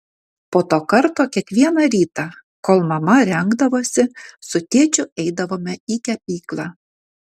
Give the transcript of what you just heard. po to karto kiekvieną rytą kol mama rengdavosi su tėčiu eidavome į kepyklą